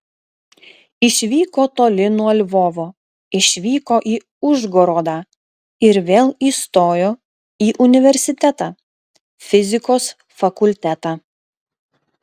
išvyko toli nuo lvovo išvyko į užgorodą ir vėl įstojo į universitetą fizikos fakultetą